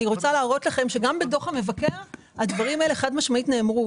אני רוצה להראות לכם שגם בדוח המבקר הדברים האלה חד משמעית נאמרו.